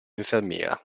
infermiera